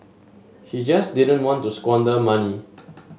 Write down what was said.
he just didn't want to squander money